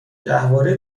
گهواره